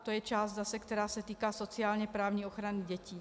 To je část zase, která se týká sociálněprávní ochrany dětí.